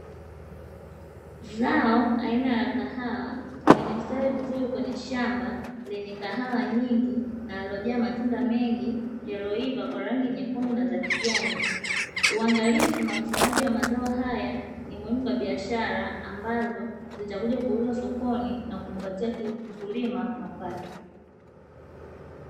Zao aina ya kahawa limestawi vizuri kwenye shamba lenye kahawa nyingi na lililojaa matunda mengi yaliyoiva kwa rangi nyekundu na za kijani, uangalifu na ukusanyaji wa mazao haya ni muhimu kwa biashara ambazo zitakuja kuuzwa sokoni na kumpatia mkulima mapato.